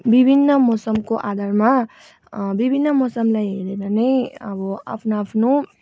विभिन्न मौसमको आधारमा विभिन्न मौसमलाई हेरेर नै अब आफ्नो आफ्नो